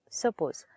suppose